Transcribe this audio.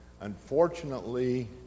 Unfortunately